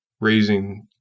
raising